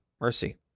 mercy